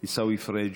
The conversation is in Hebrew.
עיסאווי פריג'